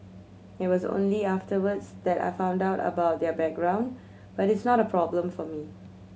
it was only afterwards that I found out about their background but it is not a problem for me